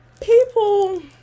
people